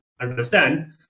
understand